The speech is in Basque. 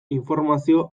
informazio